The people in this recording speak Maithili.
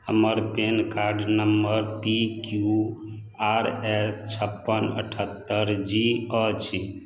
हमर PAN card number P Q R S छप्पन अठहत्तर जी अछि